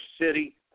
city